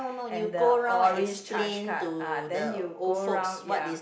and the orange chas card ah then you go round ya